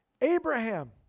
Abraham